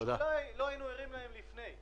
ואולי לא היינו ערים להן לפני.